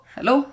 Hello